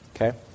Okay